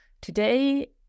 today